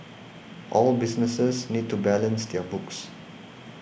all businesses need to balance their books